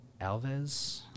Alves